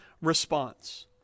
response